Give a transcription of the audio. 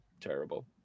terrible